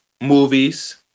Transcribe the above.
movies